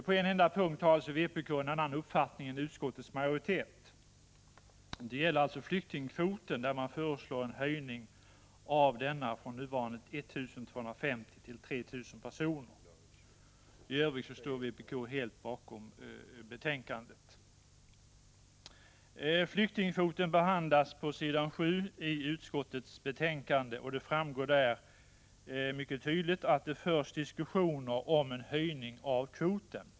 På en enda punkt har vpk en annan uppfattning än utskottets majoritet. Det gäller flyktingkvoten, som vpk föreslår skall höjas från nuvarande 1 250 till 3 000 personer. I övrigt står vpk helt bakom betänkandet. Flyktingkvoten behandlas på s. 7 i utskottsbetänkandet, och det framgår där mycket tydligt att det förs diskussioner om en höjning av kvoten.